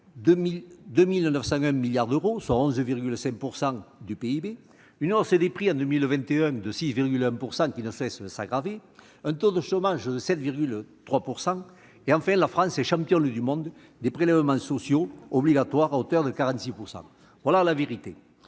2 901 milliards d'euros, soit 11,5 % du PIB, la hausse des prix, de 6,1 % en 2021, ne cesse de s'aggraver, le taux de chômage est de 7,3 % et, enfin, la France est championne du monde des prélèvements sociaux obligatoires, à hauteur de 46 %. Voilà la vérité